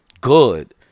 good